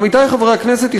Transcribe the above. עמיתי חברי הכנסת,